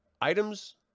Items